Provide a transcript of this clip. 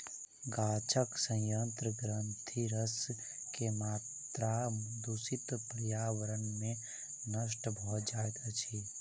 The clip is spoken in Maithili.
गाछक सयंत्र ग्रंथिरस के मात्रा दूषित पर्यावरण में नष्ट भ जाइत अछि